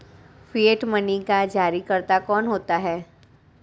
Fiat money का जारीकर्ता कौन होता है?